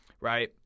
right